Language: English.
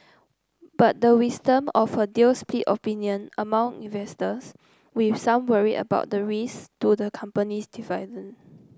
but the wisdom of a deal split opinion among investors with some worried about the risk to the company's